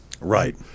right